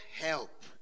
help